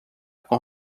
com